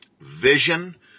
vision